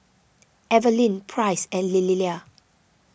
Evelin Price and Lillia